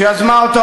שיזמה אותו,